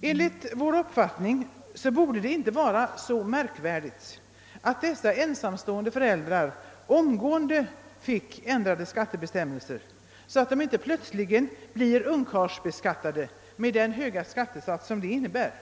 Enligt vår uppfattning borde det inte vara så märkvärdigt att omgående ändra skattebestämmelserna för dessa ensamstående föräldrar så, att de inte plötsligt blir »ungkarlsbeskattade» med den höga skattesats som detta innebär.